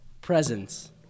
presents